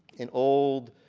an old